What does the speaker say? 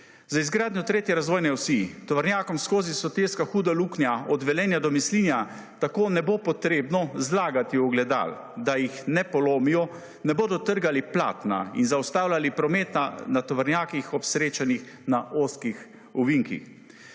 Z izgradnjo tretje razvojne osi tovornjakom skozi sotesko Huda Luknja od Velenja do Mislinja tako ne bo potrebno zlagati ogledal, da jih ne polomijo, ne bodo trgali platna in zaustavljali prometa na tovornjakih ob srečanjih na ozkih ovinkih.